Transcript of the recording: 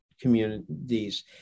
communities